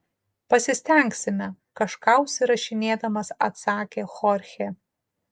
pasistengsime kažką užsirašinėdamas atsakė chorchė